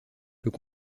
peut